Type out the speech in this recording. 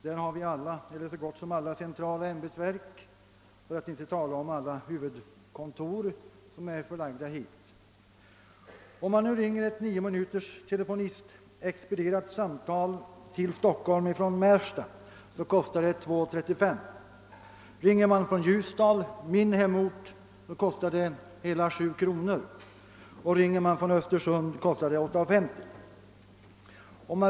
Där ligger så gott som alla centrala ämbetsverk, och ett stort antal huvudkontor är också förlagda till Stockholm. till Stockholm, kostar det 2: 35 kr. Ringer man ett lika långt samtal från Ljusdal, alltså från min hemort, kostar det hela 7: — kr., och om man ringer från Östersund kostar det 8:50.